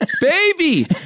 Baby